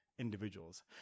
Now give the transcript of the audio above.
individuals